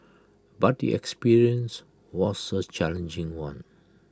but the experience was A challenging one